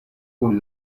kun